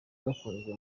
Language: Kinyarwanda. bakunzwe